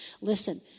Listen